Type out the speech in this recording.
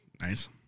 Nice